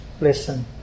Listen